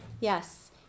Yes